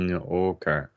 Okay